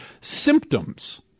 symptoms